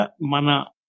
Mana